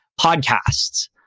podcasts